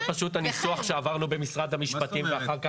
זה פשוט הניסוח שעברנו במשרד המשפטים ואחר כך